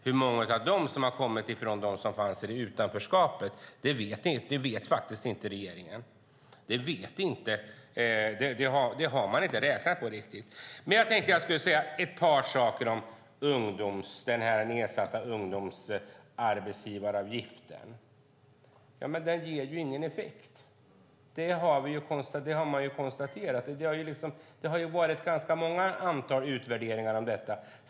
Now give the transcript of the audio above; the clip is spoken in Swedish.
Hur många av dessa människor som har kommit från ett utanförskap vet faktiskt inte regeringen. Det har man inte räknat på riktigt. Jag tänkte att jag skulle säga ett par saker om den sänkta arbetsgivaravgiften för ungdomar. Den ger ju ingen effekt. Det har man konstaterat. Det har varit ganska många utvärderingar om detta.